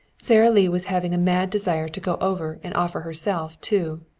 sara lee was having a mad desire to go over and offer herself too.